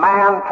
Man